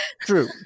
true